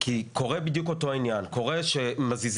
כי קורה בדיוק אותו העניין .קורה שמנסים